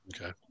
Okay